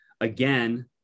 again